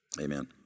amen